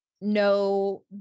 No